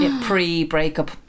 Pre-breakup